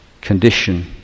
condition